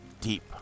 deep